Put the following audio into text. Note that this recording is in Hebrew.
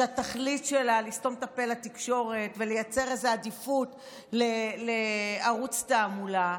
שהתכלית שלה לסתום את הפה לתקשורת ולייצר עדיפות לערוץ תעמולה,